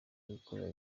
gukora